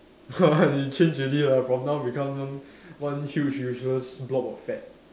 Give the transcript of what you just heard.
you change already lah from now become one one huge useless block of fat